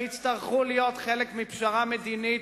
שיצטרכו להיות חלק מפשרה מדינית,